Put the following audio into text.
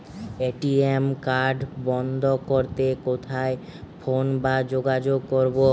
ATM card বন্ধ করতে কোথায় ফোন বা যোগাযোগ করব?